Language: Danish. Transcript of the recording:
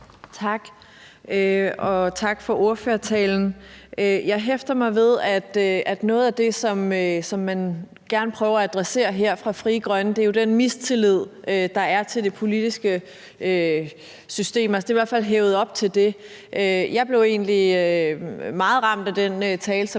Tak, og tak for ordførertalen. Jeg hæfter mig ved, at noget af det, som man gerne vil prøve at adressere her fra Frie Grønnes side, jo er den mistillid, der er til det politiske system. Altså, det er i hvert fald hævet op til det, og jeg blev egentlig meget ramt af den tale,